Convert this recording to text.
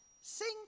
Sing